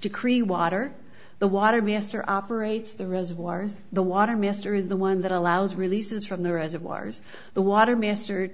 decree water the water minister operates the reservoirs the water minister is the one that allows releases from the reservoirs the water mastered